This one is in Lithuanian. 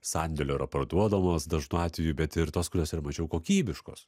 sandėlio yra parduodamos dažnu atveju bet ir tos kurios yra mažiau kokybiškos